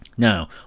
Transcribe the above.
Now